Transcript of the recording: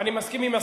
אני מסכים עם השר,